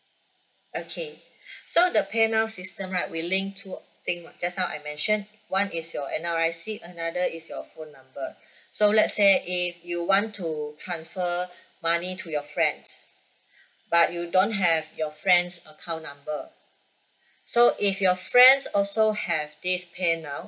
okay so the pay now system right will ink two thing just now I mentioned one is your N_R_I_C another is your phone number so let's say if you want to transfer money to your friends but you don't have your friend's account number so if your friends also have this pay now